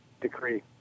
decree